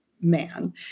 man